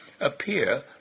appear